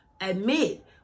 admit